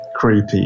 Creepy